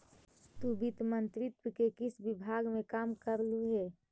तु वित्त मंत्रित्व के किस विभाग में काम करलु हे?